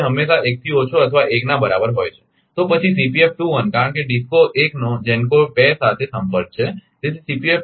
તે હંમેશા 1 થી ઓછો અથવા 1 ના બરાબર હોય છે તો પછી કારણ કે DISCO 1 નો GENCO 2 સાથે સંપર્ક છે